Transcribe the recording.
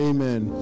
Amen